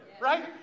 right